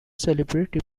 celebrity